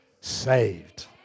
saved